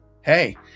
Hey